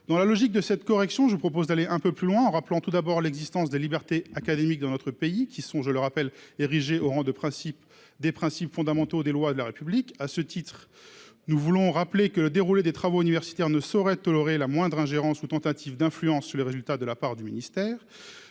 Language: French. dans la logique de cette correction, je vous propose d'aller un peu plus loin en rappelant tout d'abord l'existence des libertés académiques dans notre pays qui sont, je le rappelle, érigé au rang de principe des principes fondamentaux des lois de la République, à ce titre, nous voulons rappeler que le déroulé des travaux universitaires ne saurait tolérer la moindre ingérence ou tentative d'influence sur les résultats de la part du ministère,